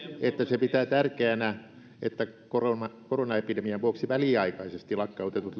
että se pitää tärkeänä että koronaepidemian vuoksi väliaikaisesti lakkautetut